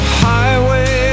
highway